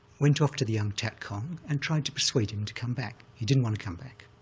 went off to the young tet khaung and tried to persuade him to come back. he didn't wanna come back,